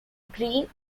green